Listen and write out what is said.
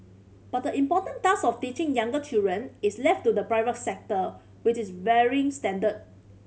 but the important task of teaching younger children is left to the private sector with its varying standard